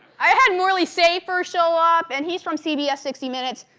i had morley safer show up, and he's from cbs sixty minutes.